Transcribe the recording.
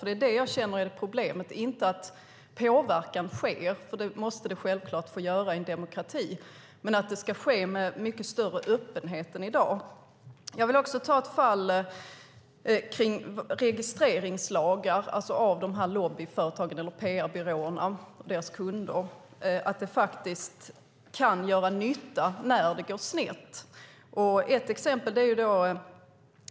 Det är det jag känner är problemet - inte att påverkan sker, för det måste det självklart få göra i en demokrati. Men det måste ske med mycket större öppenhet än i dag. Jag vill också ta upp ett fall som handlar om registreringslagar när det gäller de här lobbyföretagen eller PR-byråerna och deras kunder. Sådana lagar kan faktiskt göra nytta när det går snett.